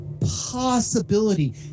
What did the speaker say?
possibility